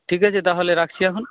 ঠিক আছে তাহলে রাখছি এখন